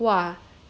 then 然后